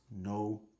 no